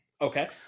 okay